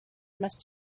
must